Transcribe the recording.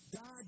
God